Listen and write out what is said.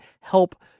help